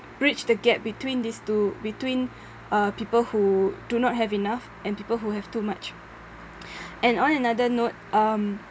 bridge the gap between this to between uh people who do not have enough and people who have too much and on another note um